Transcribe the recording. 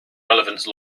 relevance